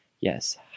yes